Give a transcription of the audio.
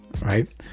right